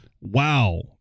wow